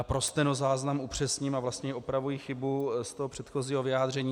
Pro stenozáznam upřesním a vlastně i opravuji chybu z předchozího vyjádření.